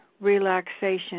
relaxation